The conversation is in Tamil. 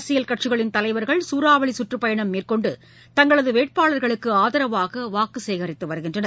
அரசியல் கட்சிகளின் தலைவர்கள் சூறாவளி சுற்றப்பயணம் மேற்கொண்டு தங்களது வேட்பாளர்களுக்கு ஆதரவாக வாக்கு சேகரித்து வருகின்றனர்